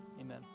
Amen